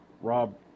rob